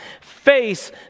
face